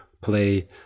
play